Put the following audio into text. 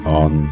on